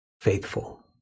faithful